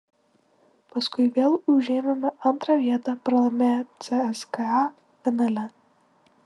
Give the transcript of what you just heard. paskui vėl užėmėme antrą vietą pralaimėję cska finale